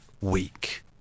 week